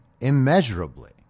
immeasurably